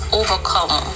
overcome